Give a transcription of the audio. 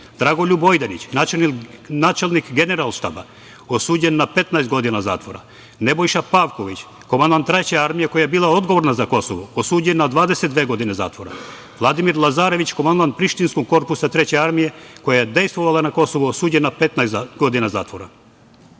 Dragoljub Ojdanić, načelnik Generalštaba, osuđen na 15 godina zatvora; Nebojša Pavković, komandant Treće armije koja je bila odgovorna za Kosovo, osuđen na 22 godine zatvora; Vladimir Lazarević, komandant Prištinskog korpusa Treće armije koja je dejstvovala na Kosovu, osuđen na 15 godina zatvora;